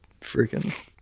freaking